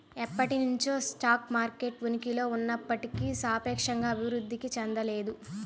ఎప్పటినుంచో stock market ఉనికిలో ఉన్నప్పటికీ సాపేక్షంగా అభివృద్ధి చెందలేదు